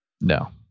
No